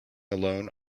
alone